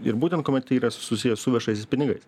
ir būtent kuomet tai yra susijęs su viešaisiais pinigais